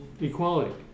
Equality